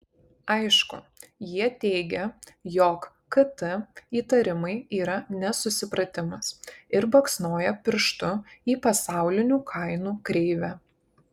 aišku jie teigia jog kt įtarimai yra nesusipratimas ir baksnoja pirštu į pasaulinių kainų kreivę